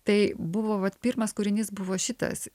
tai buvo vat pirmas kūrinys buvo šitas